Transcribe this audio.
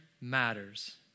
matters